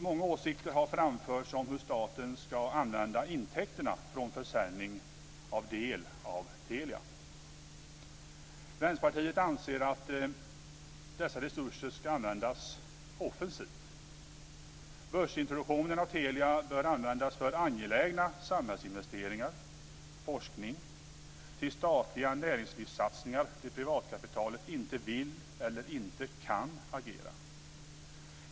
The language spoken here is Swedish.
Många åsikter har framförts om hur staten ska använda intäkterna från försäljningen av del av Telia. Vänsterpartiet anser att dessa resurser ska användas offensivt. Börsintroduktionen av Telia bör användas för angelägna samhällsinvesteringar, forskning, statliga näringslivssatsningar där privatkapitalet inte vill eller inte kan agera.